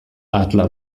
adler